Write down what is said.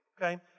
okay